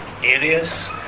areas